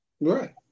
Right